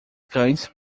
cães